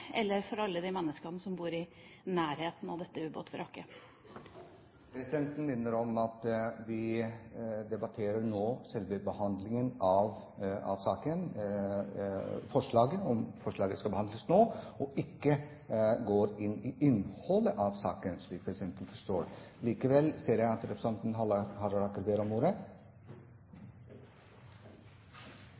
eller for alle de menneskene som bor i nærheten av dette ubåtvraket. Presidenten vil minne om at vi nå debatterer selve behandlingen av saken, om forslaget skal behandles nå, og skal ikke gå inn i innholdet i saken, slik presidenten forstår det. Representanten Halleraker får ordet. Presidenten er innstilt på å votere etter at representanten Halleraker har hatt ordet.